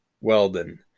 Weldon